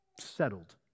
settled